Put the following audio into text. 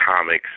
comics